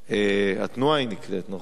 התנועה היא נקראת, נכון?